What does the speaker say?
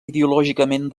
ideològicament